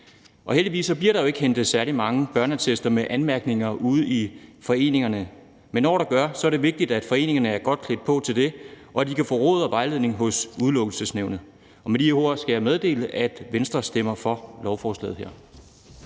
Heldigvis bliver der jo ikke indhentet særlig mange børneattester med anmærkninger ude i foreningerne, men når der gør det, er det vigtigt, at foreningerne er godt klædt på til det, og at de kan få råd og vejledning hos Udelukkelsesnævnet. Med de ord skal jeg meddele, at Venstre stemmer for lovforslaget her.